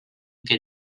que